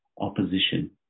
opposition